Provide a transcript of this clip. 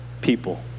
people